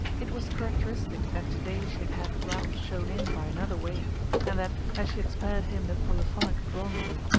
it was characteristic that to-day she had had ralph shown in by another way and that, as she had spared him the polyphonic drawing-room,